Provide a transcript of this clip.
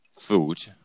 Food